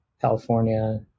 California